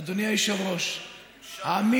אדוני, הוא ראש מאפיה.